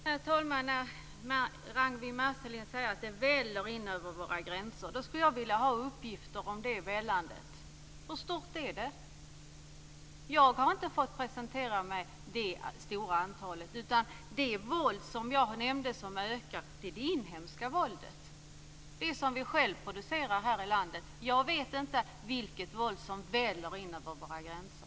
Herr talman! När Ragnwi Marcelind säger att kriminaliteten väller in över våra gränser skulle jag vilja ha uppgifter om hur stor den är. Jag har inte fått information om att den är så stor. Det våld som jag nämnde som har ökat är det inhemska våldet, som vi själva producerar här i landet. Jag vet inte vilket våld det är som väller in över våra gränser.